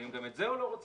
ואם גם את זה הוא לא רוצה,